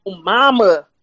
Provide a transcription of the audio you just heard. mama